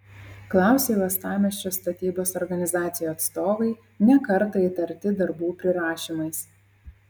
klausė uostamiesčio statybos organizacijų atstovai ne kartą įtarti darbų prirašymais